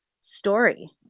story